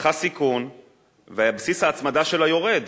לקחה סיכון ובסיס ההצמדה שלה יורד